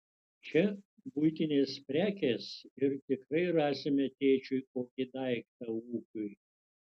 čia buitinės prekės ir tikrai rasime tėčiui kokį daiktą ūkiui